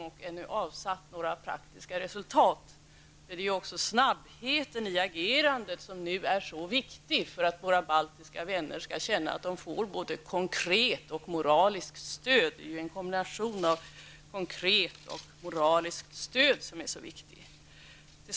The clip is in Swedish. Det är möjligt att Karin Söder kan nämna någonting om detta. Det är snabbheten i agerandet som nu är så viktig för att våra baltiska vänner skall känna att de får både konkret stöd och moraliskt stöd. Det är ju en kombination av konkret stöd och moraliskt stöd som är så viktig.